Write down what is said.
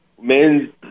men